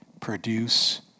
Produce